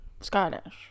Scottish